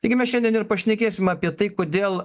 taigi mes šiandien ir pašnekėsim apie tai kodėl